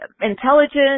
intelligence